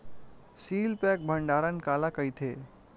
Seal pack भंडारण काला कइथे?